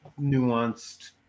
nuanced